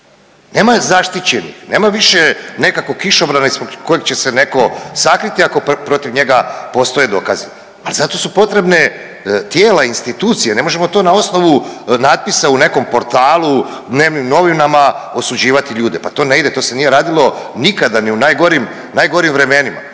nema zaštićenih, nema više nekakvog kišobrana ispod kojeg će se netko sakriti ako protiv njega postoje dokazi. Ali za to su potrebna tijela, institucije. Ne možemo to na osnovu natpisa u nekom portalu, dnevnim novinama osuđivati ljude. Pa to ne ide. To se nije radilo nikada, ni u najgorim vremenima,